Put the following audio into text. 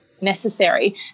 necessary